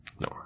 No